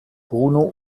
bruno